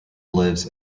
lives